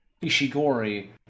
Ishigori